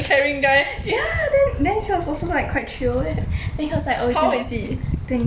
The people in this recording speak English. ya then then he was also like quite chill then he was like oh you can twenty three